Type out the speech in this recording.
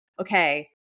okay